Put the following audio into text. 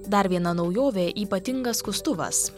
dar viena naujovė ypatingas skustuvas